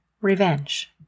revenge